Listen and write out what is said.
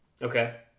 Okay